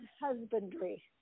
husbandry